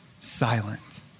silent